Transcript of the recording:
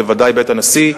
בוודאי בית הנשיא.